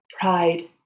pride